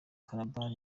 calabar